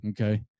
Okay